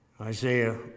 Isaiah